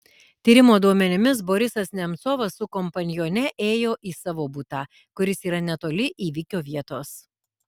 tyrimo duomenimis borisas nemcovas su kompanione ėjo į savo butą kuris yra netoli įvykio vietos